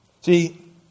See